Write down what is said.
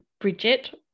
bridget